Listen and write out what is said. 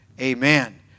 Amen